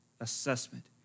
assessment